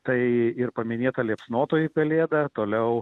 tai ir paminėta liepsnotoji pelėda toliau